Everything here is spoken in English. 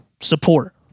support